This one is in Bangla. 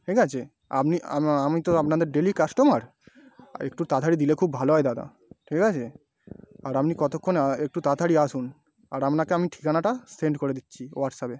ঠিক আছে আপনি আমি তো আপনাদের ডেলি কাস্টমার একটু তাড়তাড়ি দিলে খুব ভালো হয় দাদা ঠিক আছে আর আপনি কতক্ষণে একটু তাড়াতড়ি আসুন আর আপনাকে আমি ঠিকানাটা সেণ্ড করে দিচ্ছি হোয়াটসঅ্যাপে